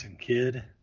kid